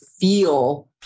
feel